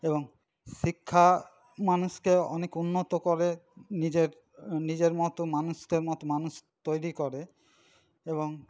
এবং শিক্ষা মানুষকে অনেক উন্নত করে নিজের নিজের মতো মানুষদের মতো মানুষ তৈরি করে এবং